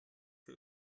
für